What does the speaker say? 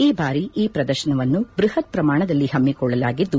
ಈ ಬಾರಿ ಈ ಪ್ರದರ್ಶನವನ್ನು ಬೃಹತ್ ಪ್ರಮಾಣದಲ್ಲಿ ಹಮ್ಮಿಕೊಳ್ಳಲಾಗಿದ್ದು